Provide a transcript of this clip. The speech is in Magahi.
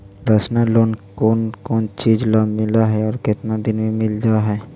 पर्सनल लोन कोन कोन चिज ल मिल है और केतना दिन में मिल जा है?